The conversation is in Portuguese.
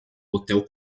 hotel